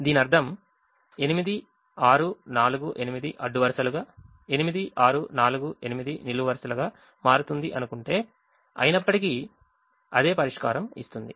దీని అర్థం 8 6 4 8 అడ్డు వరుసలుగా 8 6 4 8 నిలువు వరుసలుగా మారుతుందని అనుకుంటే అయినప్పటికీ అదే పరిష్కారం ఇస్తుంది